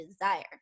desire